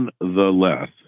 nonetheless